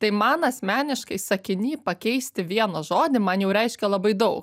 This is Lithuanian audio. tai man asmeniškai sakiny pakeisti vieną žodį man jau reiškia labai daug